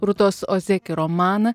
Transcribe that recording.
rūtos ozeki romaną